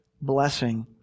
blessing